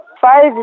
five